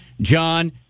John